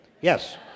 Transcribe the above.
Yes